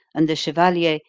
and the chevalier,